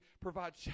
provide